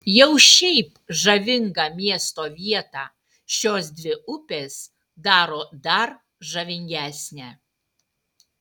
jau šiaip žavingą miesto vietą šios dvi upės daro dar žavingesnę